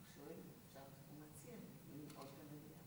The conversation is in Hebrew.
הוא שואל אם אפשר, הוא מציע לנעול את המליאה.